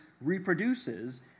reproduces